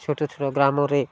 ଛୋଟ ଛୋଟ ଗ୍ରାମରେ